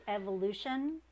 evolution